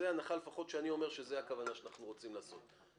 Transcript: זו הנחה שאני לפחות אומר שזו הכוונה שאנחנו רוצים לעשות.